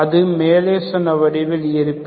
அது மேலே சொன்ன வடிவில் இருப்பின்